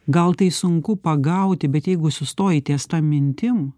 gal tai sunku pagauti bet jeigu sustoji ties ta mintim